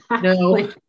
No